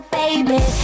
baby